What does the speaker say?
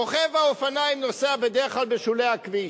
רוכב האופניים נוסע בדרך כלל בשולי הכביש,